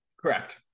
Correct